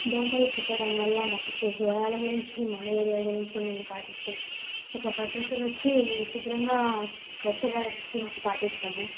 దోమలు కుట్టడం వల్ల వచ్చే జ్వరాల గురించి మలేరియా గురించి మేము పాటించే ఒక పద్దతి వచ్చి శుభ్రంగా స్వచ్ఛ భారత్ గురించి పాటిస్తాము